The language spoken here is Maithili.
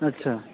अच्छा